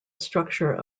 structure